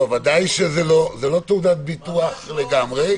ודאי שזה לא תעודת ביטוח לגמרי.